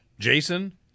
Jason